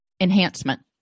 enhancement